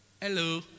hello